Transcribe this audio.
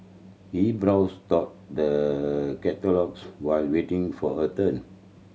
she browsed through the catalogues while waiting for her turn